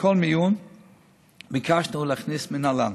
בכל מיון ביקשנו להכניס מינהלן.